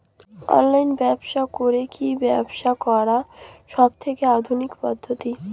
Online ব্যবসা করে কি ব্যবসা করার সবথেকে আধুনিক পদ্ধতি?